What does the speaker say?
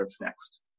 next